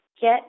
get